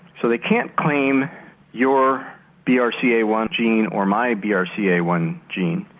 so they can't claim your b r c a one gene or my b r c a one gene,